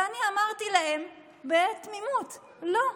ואני אמרתי להם בתמימות, לא,